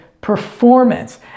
performance